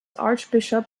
archbishop